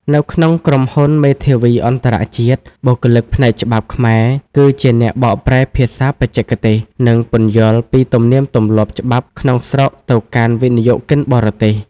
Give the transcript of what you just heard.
នៅក្នុងក្រុមហ៊ុនមេធាវីអន្តរជាតិ បុគ្គលិកផ្នែកច្បាប់ខ្មែរគឺជាអ្នកបកប្រែភាសាបច្ចេកទេស និងពន្យល់ពីទំនៀមទម្លាប់ច្បាប់ក្នុងស្រុកទៅកាន់វិនិយោគិនបរទេស។